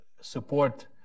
support